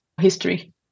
history